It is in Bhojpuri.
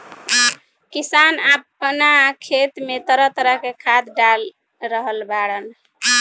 किसान आपना खेत में तरह तरह के खाद डाल रहल बाड़न